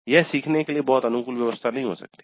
यह सीखने के लिए बहुत अनुकूल व्यवस्था नहीं हो सकती है